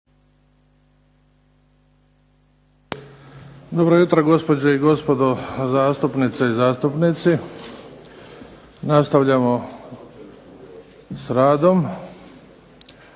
Dobro jutro gospođe i gospodo zastupnice i zastupnici. Nastavljamo s radom